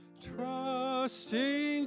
Trusting